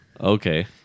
Okay